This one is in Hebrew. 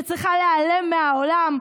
שצריכה להיעלם מהעולם.